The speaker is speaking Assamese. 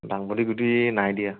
ডাংবডি গুটি নাই দিয়া